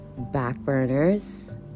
backburners